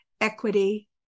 equity